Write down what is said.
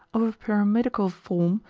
of a pyramidical form,